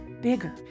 bigger